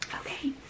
Okay